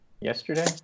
yesterday